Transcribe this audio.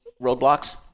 roadblocks